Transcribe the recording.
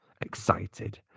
excited